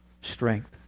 strength